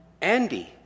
Andy